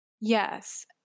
Yes